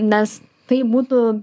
nes tai būtų